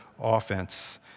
offense